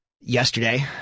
yesterday